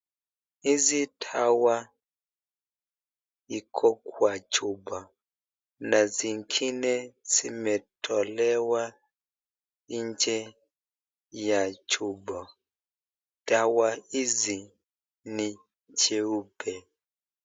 Hizi dawa ziko kwa chupa na zingine zimetolewa nje ya chupa. Dawa hizi ni nyeupe.